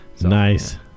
Nice